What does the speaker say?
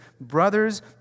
Brothers